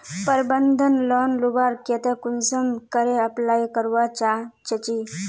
प्रबंधन लोन लुबार केते कुंसम करे अप्लाई करवा चाँ चची?